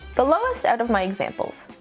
the lowest out of my examples,